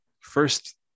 First